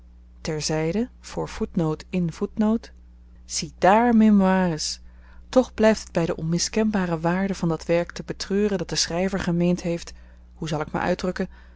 mémoires toch blyft het by de onmiskenbare waarde van dat werk te betreuren dat de schryver gemeend heeft hoe zal ik me uitdrukken